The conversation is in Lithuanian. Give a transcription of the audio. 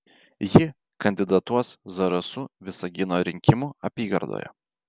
ji kandidatuos zarasų visagino rinkimų apygardoje